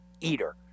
eater